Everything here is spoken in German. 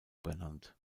benannt